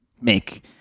make